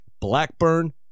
Blackburn